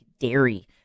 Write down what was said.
dairy